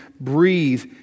breathe